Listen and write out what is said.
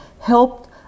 helped